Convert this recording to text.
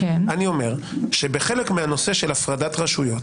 אני אומר שחלק מהנושא של הפרדת רשויות